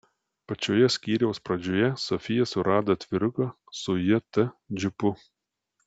pačioje skyriaus pradžioje sofija surado atviruką su jt džipu